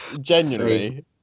genuinely